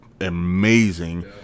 amazing